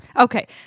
Okay